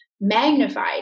magnified